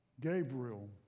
Gabriel